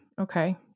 Okay